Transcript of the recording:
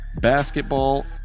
Basketball